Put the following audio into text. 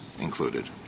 included